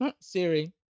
Siri